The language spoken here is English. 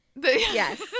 Yes